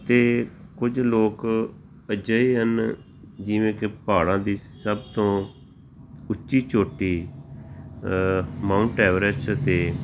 ਅਤੇ ਕੁਝ ਲੋਕ ਅਜਿਹੇ ਹਨ ਜਿਵੇਂ ਕਿ ਪਹਾੜਾਂ ਦੀ ਸਭ ਤੋਂ ਉੱਚੀ ਚੋਟੀ ਮਾਊਂਟ ਐਵਰੈਸਟ 'ਤੇ